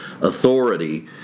authority